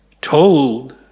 told